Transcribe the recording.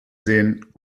sehen